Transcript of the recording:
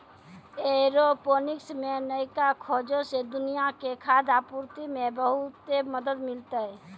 aeroponics मे नयका खोजो से दुनिया के खाद्य आपूर्ति मे बहुते मदत मिलतै